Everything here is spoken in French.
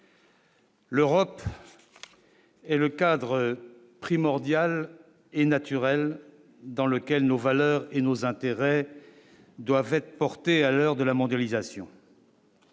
L'Europe et le cadre primordial et naturel dans lequel nos valeurs et nos intérêts doivent être portés à l'heure de la mondialisation.